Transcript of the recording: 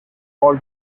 paul